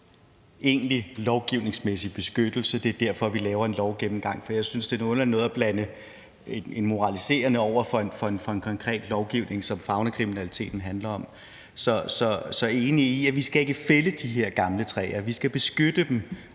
egentlig lovgivningsmæssig beskyttelse. Det er derfor, vi laver en lovgennemgang. Jeg synes, det er noget underligt noget at blande noget moraliserende sammen med konkret lovgivning, som faunakriminaliteten handler om. Så jeg er enig i, at vi ikke skal fælde de her gamle træer; vi skal beskytte dem.